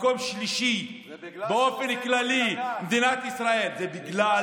מקום שלישי באופן כללי, זה בגלל